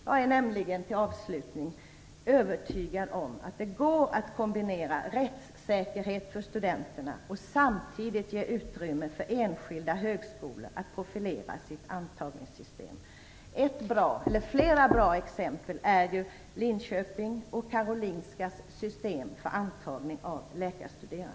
Jag är nämligen övertygad om att det går att kombinera rättssäkerhet för studenterna och utrymme för enskilda högskolor att profilera sitt antagningssystem. Två bra exempel är de system för antagning av läkarstuderande som används i Linköping och på Karolinska.